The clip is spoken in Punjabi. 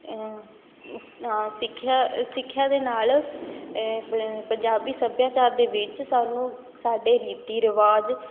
ਸਿੱਖਿਆ ਸਿੱਖਿਆ ਦੇ ਨਾਲ਼ ਪੰ ਪੰਜਾਬੀ ਸੱਭਿਆਚਾਰ ਦੇ ਵਿੱਚ ਸਾਨੂੰ ਸਾਡੇ ਰੀਤੀ ਰਿਵਾਜ